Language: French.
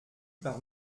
par